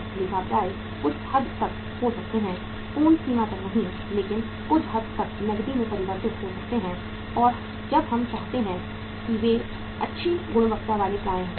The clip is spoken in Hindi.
लेखा प्राप्य कुछ हद तक हो सकते हैं पूर्ण सीमा तक नहीं लेकिन कुछ हद तक नकदी में परिवर्तित हो सकते हैं और जब हम चाहते हैं कि वे अच्छी गुणवत्ता वाले प्राप्य हैं